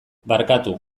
barkatu